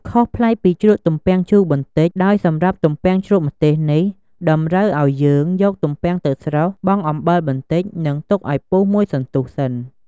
ខុសប្លែកពីជ្រក់ទំពាំងជូរបន្តិច ដោយសម្រាប់ទំពាំងជ្រក់ម្ទេសនេះតម្រូវឱ្យយើងយកទំពាំងទៅស្រុះ បង់អំបិលបន្តិច និងទុកឱ្យពុះមួយសន្ទុះសិន។